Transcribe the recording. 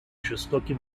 жестоким